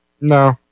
No